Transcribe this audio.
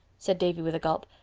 said davy with a gulp.